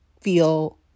feel